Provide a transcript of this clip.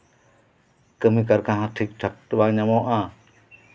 ᱠᱟᱹᱢᱤ ᱠᱟᱨᱠᱷᱟ ᱦᱚᱸ ᱴᱷᱤᱠ ᱴᱷᱟᱠ ᱵᱟᱝ ᱧᱟᱢᱚᱜᱼᱟ